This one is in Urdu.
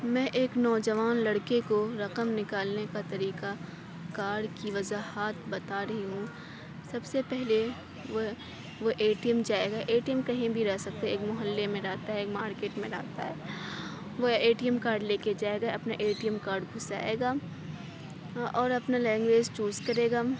میں ایک نوجوان لڑکے کو رقم نکالنے کا طریقہ کارڈ کی وضاحات بتا رہی ہوں سب سے پہلے وہ وہ اے ٹی ایم جائے گا اے ٹی ایم کہیں بھی رہ سکتا ایک محلے میں رہتا ہے ایک مارکیٹ میں رہتا ہے وہ اے ٹی ایم کارڈ لے کے جائے گا اپنا اے ٹی ایم کارڈ گھسائے گا اور اپنا لینگویج چوز کرے گا